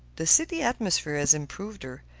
the city atmosphere has improved her.